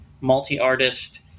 multi-artist